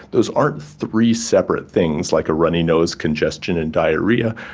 those aren't three separate things, like a runny nose, congestion and diarrhoea,